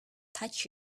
touched